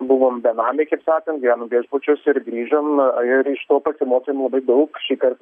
buvom benamiai kaip sakant gyvenom viešbučiuose ir grįžom na ir iš to pasimokėm labai daug šįkart